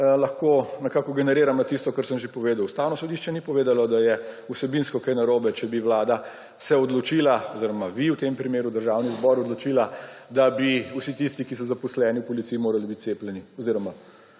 lahko nekako generiram na tisto, kar sem že povedal. Ustavno sodišče ni povedalo, da je vsebinsko kaj narobe, če bi se vlada odločila oziroma v tem primeru vi Državni zbor, da bi vsi tisti, ki so zaposleni v policiji, morali biti cepljeni oziroma